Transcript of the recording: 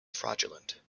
fraudulent